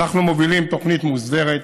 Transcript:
אנחנו מובילים תוכנית מוסדרת.